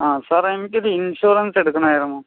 ആ സാറേ എനിക്കൊരു ഇൻഷുറൻസ് എടുക്കണവായിരുന്നു